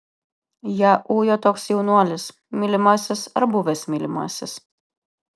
ją ujo toks jaunuolis mylimasis ar buvęs mylimasis